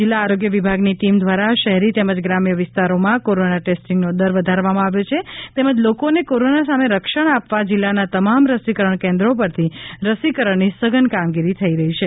જિલ્લા આરોગ્ય વિભાગની ટીમ દ્વારા શહેરી તેમજ ગ્રામ્ય વિસ્તારોમાં કોરોના ટેસ્ટિંગનો દર વધારવામાં આવ્યો છે તેમજ લોકોને કોરોના સામે રક્ષણ આપવા જિલ્લાના તમામ રસીકરણ કેન્દ્રો ઉપરથી રસીકરણની સઘન કામગીરી થઈ રહી છે